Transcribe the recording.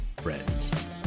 friends